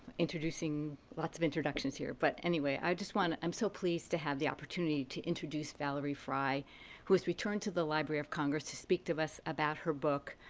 introducing lots of introductions here. but anyway, i just want to i'm so pleased to have the opportunity to introduce valerie frey who has returned to the library of congress to speak to us about her book,